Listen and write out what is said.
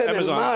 Amazon